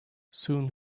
soon